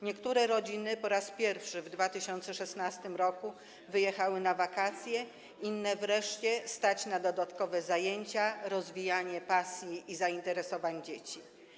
Niektóre rodziny po raz pierwszy w 2016 r. wyjechały na wakacje, inne wreszcie stać na dodatkowe zajęcia, rozwijanie pasji i zainteresowań dzieci.